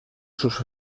sus